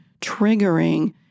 triggering